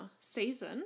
season